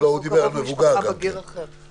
וכל בן משפחה בגיר אחר.